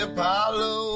Apollo